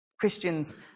Christians